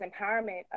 empowerment